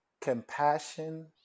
compassion